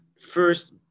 first